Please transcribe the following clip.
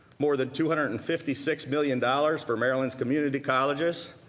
more than two hundred and fifty six billion dollars for maryland's community colleges,